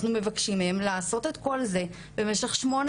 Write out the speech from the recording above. אנחנו מבקשים מהן לעשות את כל זה במשך כ-8